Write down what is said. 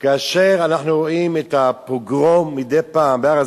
כאשר אנחנו רואים מדי פעם את הפוגרום בהר-הזיתים,